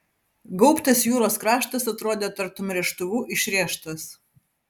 gaubtas jūros kraštas atrodė tartum rėžtuvu išrėžtas